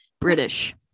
british